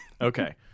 Okay